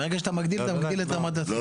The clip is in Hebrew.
וברגע שאתה מגדיל אתה מגדיל את רמת הסיכון.